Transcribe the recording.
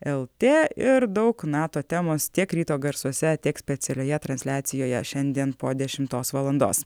eltė ir daug nato temos tiek ryto garsuose tiek specialioje transliacijoje šiandien po dešimtos valandos